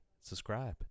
subscribe